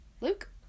Luke